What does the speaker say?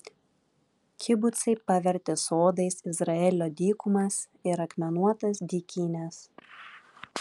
kibucai pavertė sodais izraelio dykumas ir akmenuotas dykynes